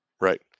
Right